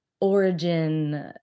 origin